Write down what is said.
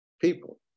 people